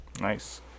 Nice